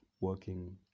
working